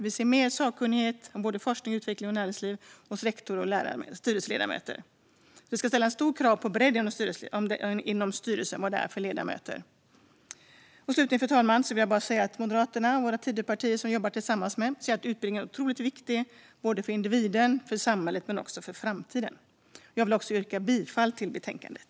Vi vill se mer sakkunnighet om både forskning, utveckling och näringsliv hos rektor och styrelseledamöter. Det ska ställas stora krav på en bredd inom dessa styrelser. Slutligen, fru talman, vill jag bara säga att Moderaterna och Tidöpartierna anser att utbildning är otroligt viktigt både för individ och för samhälle men också för framtiden. Jag yrkar bifall till utskottets förslag i betänkandet.